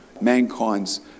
mankind's